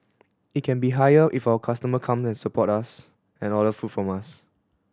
it can be higher if our customer come and support us and order food from us